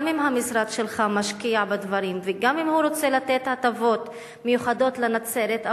גם אם המשרד שלך משקיע בדברים וגם אם הוא רוצה לתת הטבות מיוחדות לנצרת,